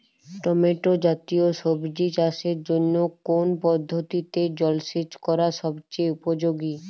Tomato জাতীয় সবজি চাষের জন্য কোন পদ্ধতিতে জলসেচ করা সবচেয়ে উপযোগী?